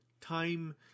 Time